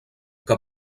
que